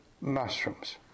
mushrooms